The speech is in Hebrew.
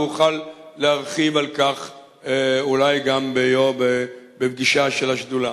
ואוכל להרחיב על כך אולי גם בפגישה של השדולה.